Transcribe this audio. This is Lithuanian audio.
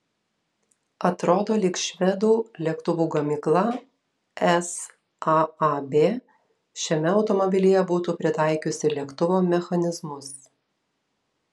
atrodo lyg švedų lėktuvų gamykla saab šiame automobilyje būtų pritaikiusi lėktuvo mechanizmus